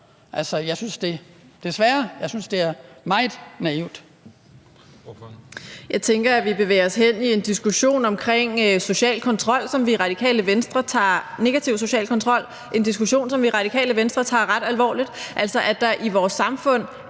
Kl. 11:48 Samira Nawa (RV): Jeg tænker, at vi bevæger os hen i en diskussion om negativ social kontrol, som vi i Radikale Venstre tager ret alvorligt, altså at der i vores samfund